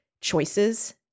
choices